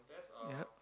yup